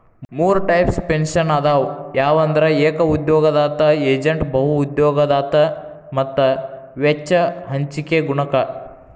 ಮೂರ್ types pension ಅದಾವ ಯಾವಂದ್ರ ಏಕ ಉದ್ಯೋಗದಾತ ಏಜೇಂಟ್ ಬಹು ಉದ್ಯೋಗದಾತ ಮತ್ತ ವೆಚ್ಚ ಹಂಚಿಕೆ ಗುಣಕ